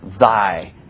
thy